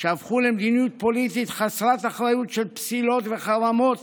שהפכו למדיניות פוליטית חסרת אחריות של פסילות וחרמות,